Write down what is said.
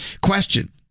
Question